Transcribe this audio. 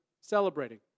celebrating